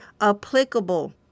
applicable